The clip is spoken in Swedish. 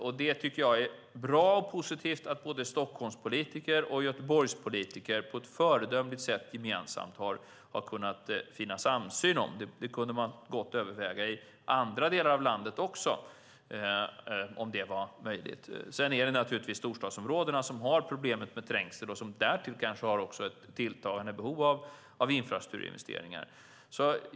Därför är det bra och positivt att både Stockholmspolitiker och Göteborgspolitiker på ett föredömligt sätt gemensamt har funnit en samsyn om detta. Man kunde gott överväga om det var möjligt i andra delar av landet också. Men det är givetvis storstadsområdena som har problem med trängsel och som kanske därtill har ett tilltagande behov av infrastrukturinvesteringar.